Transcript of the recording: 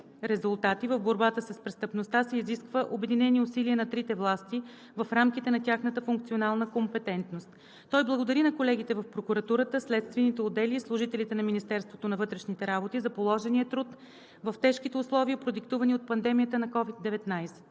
резултати в борбата с престъпността се изисква обединени усилия на трите власти в рамките на тяхната функционална компетентност. Той благодари на колегите в прокуратурата, следствените отдели и служителите на Министерството на вътрешните работи за положения труд в тежките условия, продиктувани от пандемията на COVID-19.